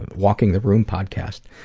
and walking the room podcast.